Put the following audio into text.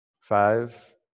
Five